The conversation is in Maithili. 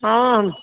हँ